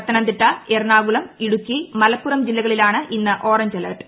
പത്തനംതിട്ട എറണാകുളം ഇടുക്കീ മലപ്പുറം ജില്ലകളിലാണ് ഇന്ന് orange alert